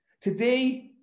Today